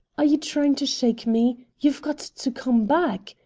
are you trying to shake me? you've got to come back.